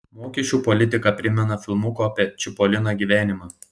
mokesčių politika primena filmuko apie čipoliną gyvenimą